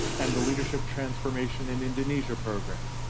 and the leadership transformation in indonesia program.